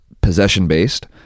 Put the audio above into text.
possession-based